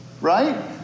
right